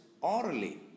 orally